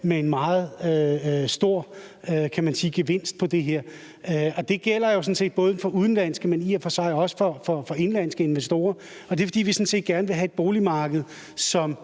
med en meget stor gevinst, og det gælder jo sådan set både for udenlandske, men i og for sig også for indenlandske investorer. Det er jo, fordi vi gerne vil have et boligmarked, som